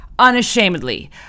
unashamedly